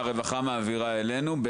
הרווחה מעבירה אלינו.